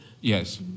Yes